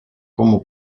como